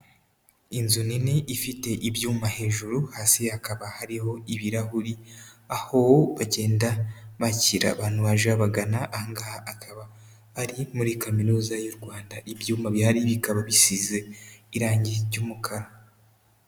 Inzu nini ifite ibyuma hejuru hasi hakaba hariho ibirahuri, aho bagenda bakira abantu baje babagana, aha ngaha akaba ari muri kaminuza y'u Rwanda, ibyuma bihari bikaba bisize irangi ry'umukara.